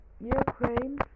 Ukraine